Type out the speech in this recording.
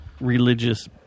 religious